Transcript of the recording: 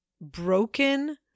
broken